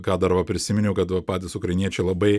ką dar va prisiminiau kad va patys ukrainiečiai labai